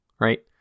right